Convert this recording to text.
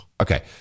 Okay